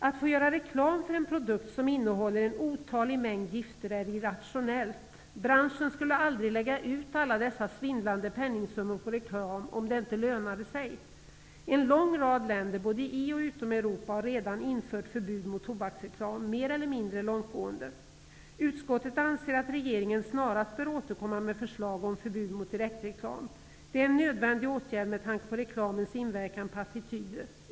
Att göra reklam för en produkt som innehåller en otalig mängd gifter är irrationellt. Branschen skulle aldrig lägga ut alla dessa svindlande penningsummor på reklam om det inte lönade sig. En lång rad länder både i och utom Europa har redan infört förbud mot tobaksreklam, mer eller mindre långtgående. Utskottet anser att regeringen snarast bör återkomma med förslag om förbud mot direktreklam. Det är en nödvändig åtgärd med tanke på reklamens inverkan på attityder.